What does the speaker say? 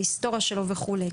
ההיסטוריה שלו וכולי,